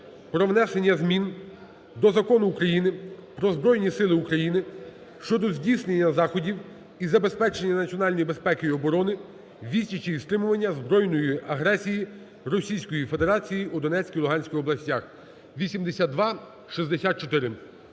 про внесення змін до Закону України "Про Збройні Сили України" щодо здійснення заходів із забезпечення національної безпеки і оборони, відсічі і стримування збройної агресії Російської Федерації у Донецькій і Луганській областях (8264).